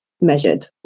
measured